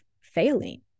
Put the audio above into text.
failing